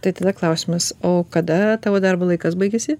tai tada klausimas o kada tavo darbo laikas baigiasi